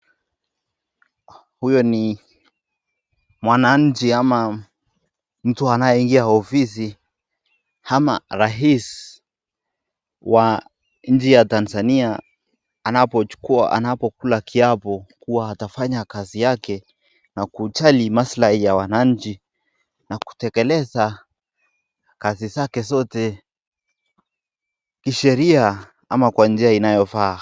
Huyu ni mwananchi ama mtu anayeingia kwa ofisi ama rais wa nchi ya Tanzania anapokula kiapo, kuwa atafanya kazi yake na kujali maslahi ya wananchi na kutekeleza kazi zake zote kisheria ama kwa njia inayofaa.